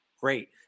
great